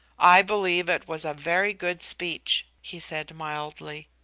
i believe it was a very good speech, he said mildly.